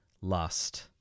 lust